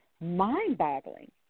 mind-boggling